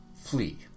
flee